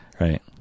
Right